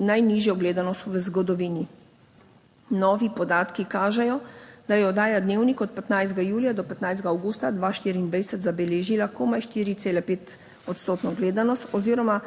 najnižjo gledanost v zgodovini. Novi podatki kažejo, da je oddaja Dnevnik od 15. julija do 15. avgusta 2024 zabeležila komaj 4,5 odstotno gledanost oziroma